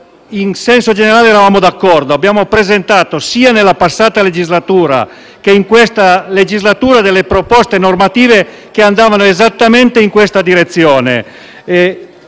in senso generale, eravamo d'accordo: abbiamo presentato sia nella passata legislatura che in questa legislatura proposte normative che andavano esattamente in questa direzione.